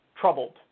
troubled